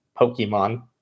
Pokemon